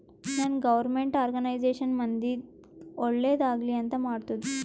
ನಾನ್ government organization ಮಂದಿಗ್ ಒಳ್ಳೇದ್ ಆಗ್ಲಿ ಅಂತ್ ಮಾಡ್ತುದ್